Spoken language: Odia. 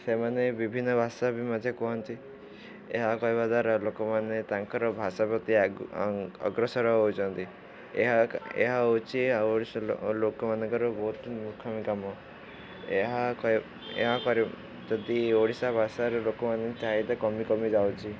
ସେମାନେ ବିଭିନ୍ନ ଭାଷା ବି ମଧ୍ୟ କୁହନ୍ତି ଏହା କହିବା ଦ୍ୱାରା ଲୋକମାନେ ତାଙ୍କର ଭାଷା ପ୍ରତି ଅଗ୍ରସର ହେଉଛନ୍ତି ଏହା ଏହା ହେଉଛି ଓଡ଼ିଶୀ ଲୋକମାନଙ୍କର ବହୁତ ମୂର୍ଖାମୀ କାମ ଏହାପରେ ଯେତିକି ଓଡ଼ିଶା ଭାଷାରେ ଲୋକମାନେ ଚାହିଦା କମି କମି ଯାଉଛି